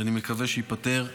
ואני מקווה שייפתר במהרה.